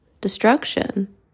destruction